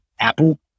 Apple